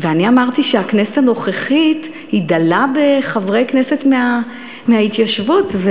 אני אמרתי שהכנסת הנוכחית דלה בחברי כנסת מההתיישבות,